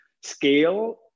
scale